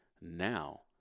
Now